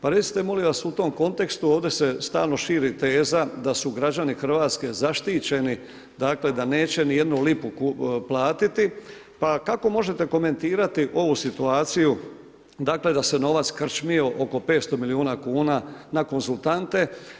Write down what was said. Pa recite, molim vas, u tom kontekstu, ovdje se stalno širi teza, da su građani Hrvatske zaštićeni, dakle, da neće ni jednu lipu platiti, pa kako možete komentirati ovu situaciju, dakle, da se novac krčmio oko 500 milijuna kuna, na konzultante.